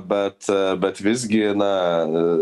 bet bet visgi na